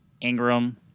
ingram